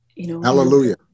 Hallelujah